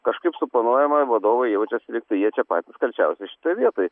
kažkaip suponuojama vadovai jaučias lyg jie čia patys kalčiausi šitoj vietoj